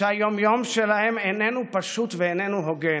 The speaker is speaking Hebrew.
שהיום-יום שלהם איננו פשוט ואיננו הוגן,